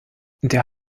der